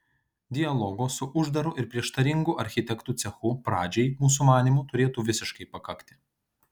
dialogo su uždaru ir prieštaringu architektų cechu pradžiai mūsų manymu turėtų visiškai pakakti